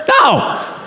No